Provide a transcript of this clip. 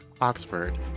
Oxford